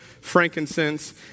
frankincense